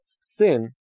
sin